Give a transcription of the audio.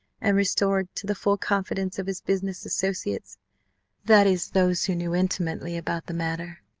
and restored to the full confidence of his business associates that is, those who knew intimately about the matter.